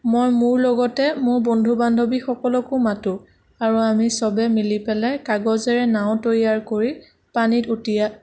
মই মোৰ লগতে মোৰ বন্ধু বান্ধৱীসকলকো মাতোঁ আৰু আমি চবেই মিলি পেলাই কাগজেৰে নাও তৈয়াৰ কৰি পানীত উতিয়া